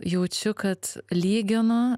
jaučiu kad lyginu